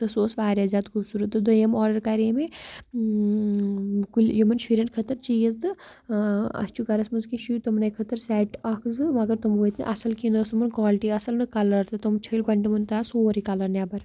تہٕ سُہ اوس واریاہ زیادٕ خوٗبصوٗرت تہٕ دوٚیِم آرڈر کَرے مےٚ کُلہِ یِمَن شُرٮ۪ن خٲطرٕ چیٖز تہٕ اَسہِ چھُ گَرَس منٛز کینٛہہ شُرۍ تٕمنٕے خٲطرٕ سیٹ اَکھ زٕ مگر تِم وٲتۍ نہٕ اَصٕل کینٛہہ نہ اوس تِمَن کالٹی اَصٕل نہ کَلَر تہٕ تِم چھٔلۍ گۄڈِ تہٕ تِمَن درٛاو سورُے کَلَر نٮ۪بَر